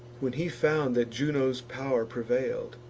when he found that juno's pow'r prevail'd,